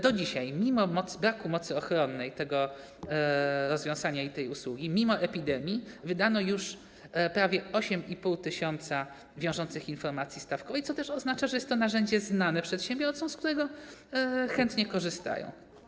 Do dzisiaj, mimo braku mocy ochronnej tego rozwiązania, tej usługi, mimo epidemii, wydano już prawie 8,5 tys. wiążących informacji stawkowych, co też oznacza, że jest to narzędzie znane przedsiębiorcom, z którego chętnie korzystają.